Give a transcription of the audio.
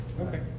Okay